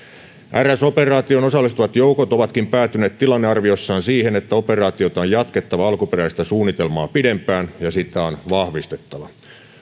rs operaatioon osallistuvat joukot ovatkin päätyneet tilannearviossaan siihen että operaatiota on jatkettava alkuperäistä suunnitelmaa pidempään ja sitä on vahvistettava